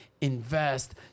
invest